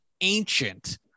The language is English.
ancient